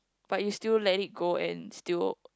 but you still let it go and still